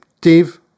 Dave